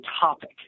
topic